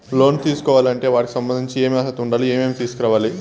లోను తీసుకోవాలి అంటే వాటికి సంబంధించి ఏమి అర్హత ఉండాలి, ఏమేమి తీసుకురావాలి